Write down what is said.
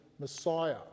Messiah